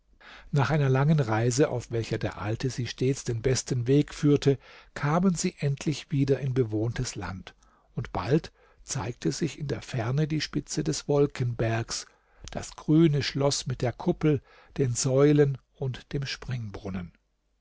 nach einer langen reise auf welcher der alte sie stets den besten weg führte kamen sie endlich wieder in bewohntes land und bald zeigte sich in der ferne die spitze des wolkenbergs das grüne schloß mit der kuppel den säulen und dem springbrunnen